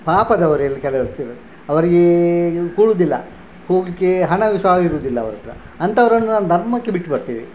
ಪಾಪದವರೆಲ್ಲ ಕೆಲವು ಇರ್ತೀರ ಅವರಿಗೆ ಕೊಡುವುದಿಲ್ಲ ಹೋಗಲಿಕ್ಕೆ ಹಣವೂ ಸಹ ಇರುವುದಿಲ್ಲ ಅವ್ರ ಹತ್ರ ಅಂಥವರನ್ನು ನಾನು ಧರ್ಮಕ್ಕೆ ಬಿಟ್ಟು ಬರ್ತೇವೆ